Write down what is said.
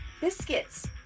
biscuits